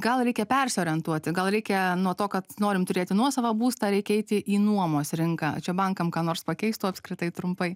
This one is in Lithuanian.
gal reikia persiorientuoti gal reikia nuo to kad norim turėti nuosavą būstą reikia eiti į nuomos rinką čia bankam ką nors pakeistų apskritai trumpai